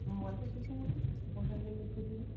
ହଁ wifi system ଅଛି ଆପଣ ଚାହିଁଲେ ୟୁଜ୍ କରିପାରିବେ